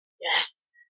Yes